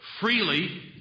freely